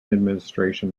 administration